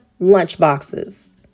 lunchboxes